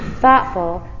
thoughtful